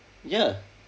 ya